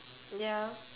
ya